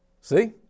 See